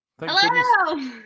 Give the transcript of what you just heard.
Hello